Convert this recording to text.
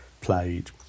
played